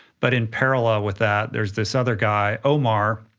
but in parallel with that, there's this other guy, omar,